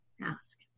ask